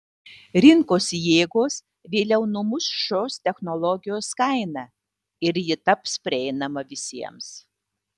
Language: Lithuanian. rinkos jėgos vėliau numuš šios technologijos kainą ir ji taps prieinama visiems